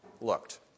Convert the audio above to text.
looked